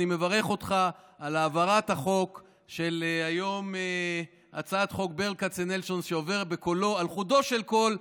אני מברך אותך על העברת הצעת חוק ברל כצנלסון על חודו של קול,